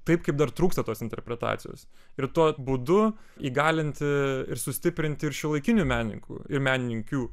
taip kaip dar trūksta tos interpretacijos ir tuo būdu įgalinti ir sustiprinti ir šiuolaikinių menininkų ir menininkių